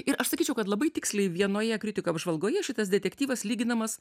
ir aš sakyčiau kad labai tiksliai vienoje kritikų apžvalgoje šitas detektyvas lyginamas